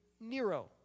Nero